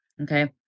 okay